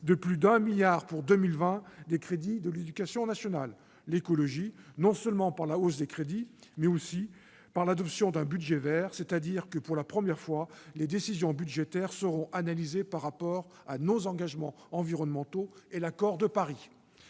de plus de 1 milliard d'euros pour 2020 des crédits de l'éducation nationale ; l'écologie, non seulement par la hausse des crédits, mais aussi par l'adoption d'un budget vert, c'est-à-dire que, pour la première fois, les décisions budgétaires seront analysées par rapport à nos engagements environnementaux et à l'accord de Paris.